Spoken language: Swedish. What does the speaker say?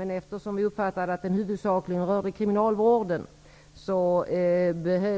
Men eftersom vi uppfattade att den huvudsakligen rörde kriminalvården